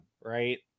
Right